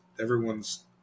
everyone's